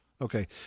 Okay